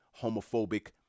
homophobic